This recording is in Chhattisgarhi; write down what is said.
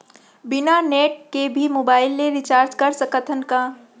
बिना नेट के भी मोबाइल ले रिचार्ज कर सकत हन का?